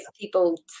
people